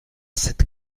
cette